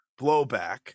blowback